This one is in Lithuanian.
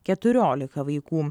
keturiolika vaikų